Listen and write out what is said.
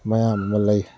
ꯃꯌꯥꯝ ꯑꯃ ꯂꯩ